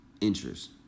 interest